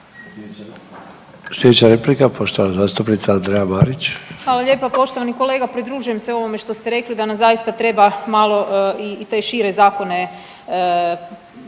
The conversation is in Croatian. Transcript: Sljedeća replika poštovana zastupnica Andrea Marić **Marić, Andreja (SDP)** Hvala lijepo, poštovani kolega, pridružujem se ovome što ste rekli da nam zaista treba malo i te šire zakone staviti